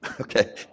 Okay